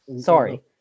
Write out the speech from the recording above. Sorry